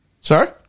Sorry